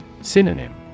Synonym